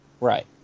Right